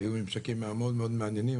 היו ממשקים מאוד מעניינים.